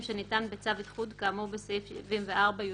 שניתן בצו איחוד כאמור בסעיף 74יא".